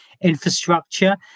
infrastructure